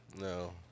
no